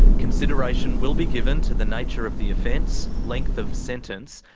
consideration will be given to the nature of the offence, length of sentence,